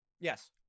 Yes